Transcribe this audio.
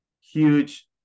huge